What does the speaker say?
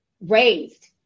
raised